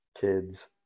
kids